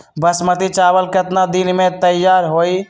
बासमती चावल केतना दिन में तयार होई?